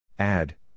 Add